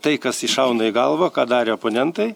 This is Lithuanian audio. tai kas įšauna į galvą ką darė oponentai